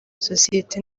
sosiyete